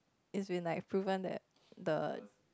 it's been like proven that the